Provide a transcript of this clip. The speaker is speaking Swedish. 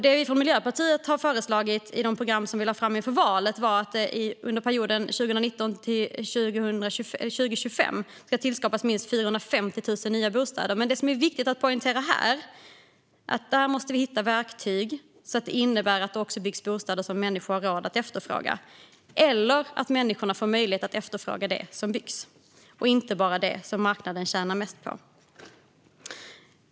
Det vi från Miljöpartiet föreslog i de program vi lade fram inför valet var att det under perioden 2019-2025 ska tillskapas minst 450 000 nya bostäder. Det som är viktigt att poängtera här är att vi måste hitta verktyg så att detta innebär att det också byggs bostäder som människor har råd att efterfråga - eller att människor får möjlighet att efterfråga det som byggs - och inte bara det som marknaden tjänar mest på.